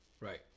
Right